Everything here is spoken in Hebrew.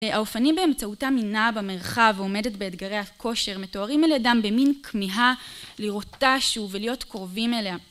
האופנים באמצעותם היא נעה במרחב ועומדת באתגרי הכושר, מתוארים על ידם במין כמיהה לראותה שוב, ולהיות קרובים אליה